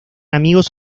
amigos